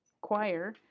choir